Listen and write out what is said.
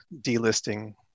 delisting